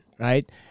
right